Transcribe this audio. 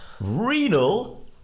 renal